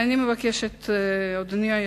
אדוני היושב-ראש,